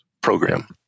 Program